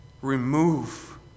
Remove